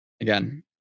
again